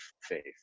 faith